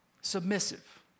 submissive